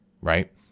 right